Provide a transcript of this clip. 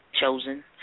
chosen